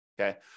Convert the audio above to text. okay